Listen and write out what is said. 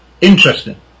Interesting